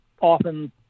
often